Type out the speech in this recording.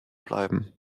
bleiben